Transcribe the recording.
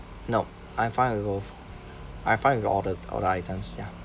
nope I'm fine with both I'm fine with all the all the items ya